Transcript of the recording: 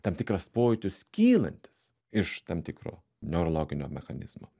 tam tikras pojūtis kylantis iš tam tikro neurologinio mechanizmo